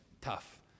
tough